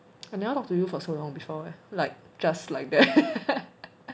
I never talk to you for so long before leh like just like that